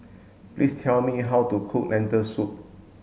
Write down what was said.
please tell me how to cook Lentil soup